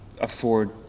afford